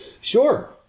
Sure